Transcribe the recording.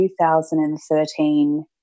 2013